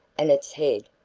and its head,